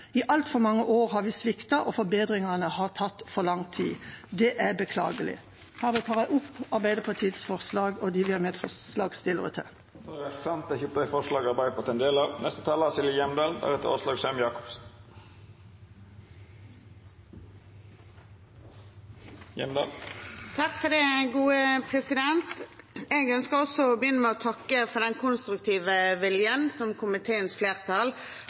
I altfor mange år har vi sviktet, og forbedringene har tatt for lang tid. Det er beklagelig. Jeg tar opp Arbeiderpartiets forslag og de forslagene vi har sammen med Senterpartiet og SV. Då har representanten Kari Henriksen teke opp dei forslaga ho viste til. Jeg ønsker også å begynne med å takke for den konstruktive viljen som komiteens flertall